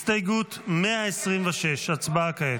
הסתייגות 126, הצבעה כעת.